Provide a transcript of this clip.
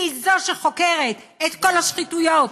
היא זו שחוקרת את כל השחיתויות,